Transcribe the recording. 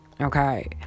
okay